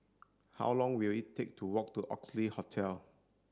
how long will it take to walk to Oxley Hotel